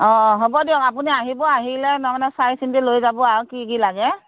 অ হ'ব দিয়ক আপুনি আহিব আহি লৈ তাৰমানে চাই চিন্তি লৈ যাব আৰু কি কি লাগে